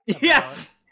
yes